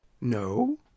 No